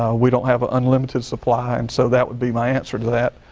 ah we don't have an unlimited supply and so that would be my answer to that.